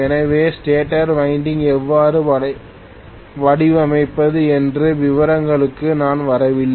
எனவே starter winding எவ்வாறு வடிவமைப்பது என்ற விவரங்களுக்கு நான் வரவில்லை